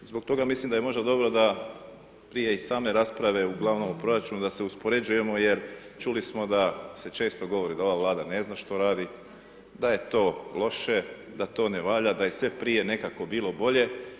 Zbog toga mislim da je možda dobro da prije i same rasprave uglavnom o proračunu da se uspoređujemo jer čuli smo da se često govori da ova Vlada ne zna što radi, da je to loše, da to ne valja, da je sve prije nekako bilo bolje.